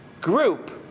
group